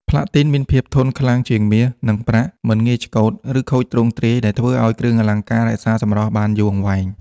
ផ្លាទីនមានភាពធន់ខ្លាំងជាងមាស និងប្រាក់ មិនងាយឆ្កូត ឬខូចទ្រង់ទ្រាយ ដែលធ្វើឱ្យគ្រឿងអលង្ការរក្សាសម្រស់បានយូរអង្វែង។